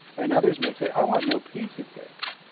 and others may say i want no piece of this.